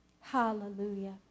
Hallelujah